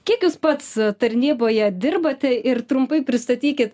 kiek jūs pats tarnyboje dirbat ir trumpai pristatykit